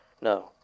No